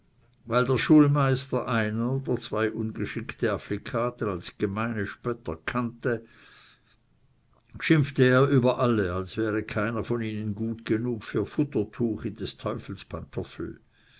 weil der schulmeister einen oder zwei ungeschickte afflikaten als gemeine spötter kannte schimpfte er über alle als wäre keiner von ihnen gut genug für futtertuch in des